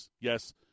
Yes